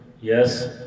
Yes